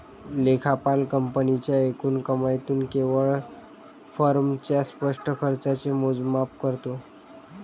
लेखापाल कंपनीच्या एकूण कमाईतून केवळ फर्मच्या स्पष्ट खर्चाचे मोजमाप करतो